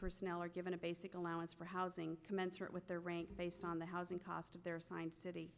personnel are given a basic allowance for housing commensurate with their rank based on the housing cost of their assigned city